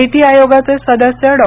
नीती आयोगाचे सदस्य डॉ